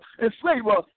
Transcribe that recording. enslaver